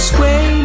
Sway